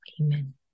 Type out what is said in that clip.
amen